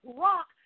rock